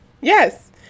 Yes